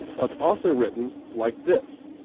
now it's also written like this.